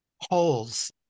holes